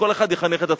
כל אחד יחנך את עצמו.